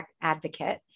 advocate